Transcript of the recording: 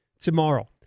tomorrow